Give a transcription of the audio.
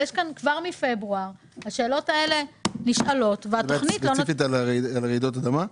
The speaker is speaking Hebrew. אבל מפברואר השאלות נשאלות והתוכנית ------ על רעידות אדמה?